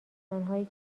آنهایی